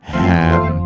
ham